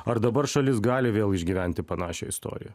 ar dabar šalis gali vėl išgyventi panašią istoriją